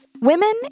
Women